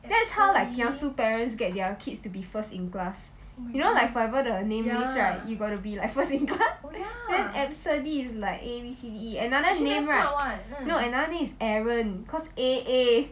and that's how like kiasu parents get their kids to be first in class you know like forever the names list right you got to be like first in class and abcde it's like A B C D E another name right no another name lah one no another is aaron cause A A